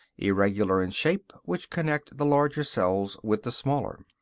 irregular in shape, which connect the larger cells with the smaller.